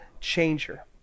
changer